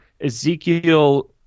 Ezekiel